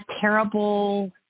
terrible